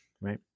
right